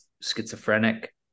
Schizophrenic